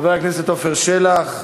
חבר הכנסת עפר שלח,